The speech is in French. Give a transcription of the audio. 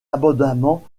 abondamment